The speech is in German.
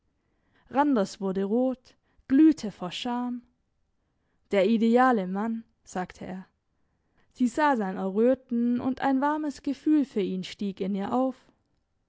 randers wurde rot glühte vor scham der ideale mann sagte er sie sah sein erröten und ein warmes gefühl für ihn stieg in ihr auf